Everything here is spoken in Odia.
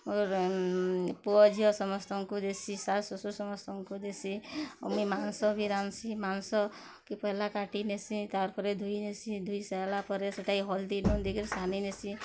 ମୋର୍ ପୁଅ ଝିଅ ସମସ୍ତଙ୍କୁ ଦେସି ଶାଶୁ ଶ୍ୱଶୁର୍ ସମସ୍ତଙ୍କୁ ଦେଶୀ ଆଉ ମୁଇଁ ମାଂସ ବି ରାନ୍ଧସି ମାଂସକେ ପେହେଲା କାଟି ନେସି ତା'ର୍ ପରେ ଧୁଇ ନେସି ଧୁଇ ସାରିଲା ପରେ ସେଟାକେ ହଳଦୀ ଲୁଣ୍ ଦେଇ କରି ସାନି ନେସି